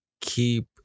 Keep